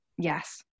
yes